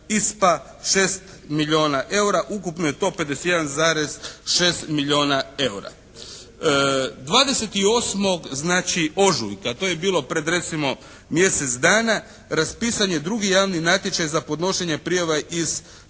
ISPA 6 milijuna eura. Ukupno je to 51,6 milijuna eura. 28. znači ožujka to je bilo pred recimo mjesec dana raspisan je drugi javni natječaj za podnošenje prijava iz SAPARD